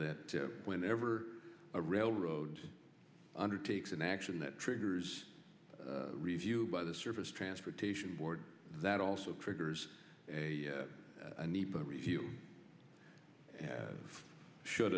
that whenever a railroad undertakes an action that triggers a review by the surface transportation board that also triggers a need to review should